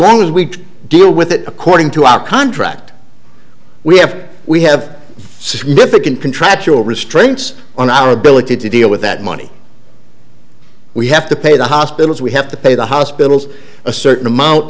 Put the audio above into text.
long as we deal with it according to our contract we have we have significant contractual restraints on our ability to deal with that money we have to pay the hospitals we have to pay the hospitals a certain amount